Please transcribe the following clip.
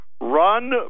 run